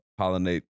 pollinate